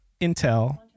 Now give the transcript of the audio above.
Intel